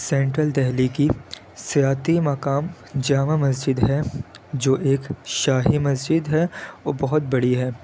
central Delhi کی سیاحتی مقام جامع مسجد ہے جو ایک شاہی مسجد ہے اور بہت بڑی ہے